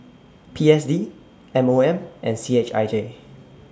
P S D M O M and C H I J